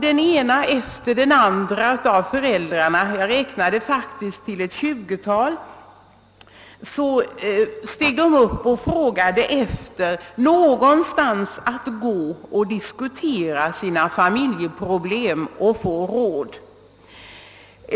Den ena efter den andra av föräldrarna — jag räknade faktiskt till ett tjugotal — steg upp och frågade om det någonstans fanns möjlighet för dem att få diskutera sina familjeproblem och få råd.